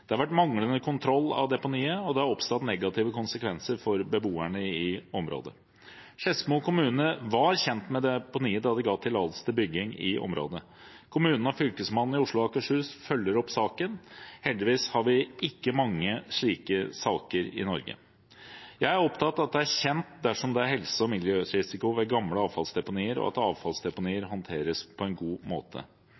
Det har vært manglende kontroll av deponiet, og det har fått negative konsekvenser for beboerne i området. Skedsmo kommune var kjent med deponiet da de ga tillatelse til bygging i området. Kommunen og Fylkesmannen i Oslo og Akershus følger opp saken. Heldigvis har vi ikke mange slike saker i Norge. Jeg er opptatt av at det er kjent dersom det er helse- og miljørisiko ved gamle avfallsdeponier, og at avfallsdeponier